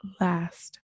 last